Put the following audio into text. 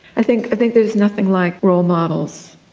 i think i think there's nothing like role models.